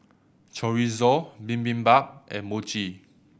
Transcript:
Chorizo Bibimbap and Mochi